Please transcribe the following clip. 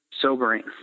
sobering